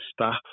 staff